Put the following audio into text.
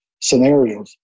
scenarios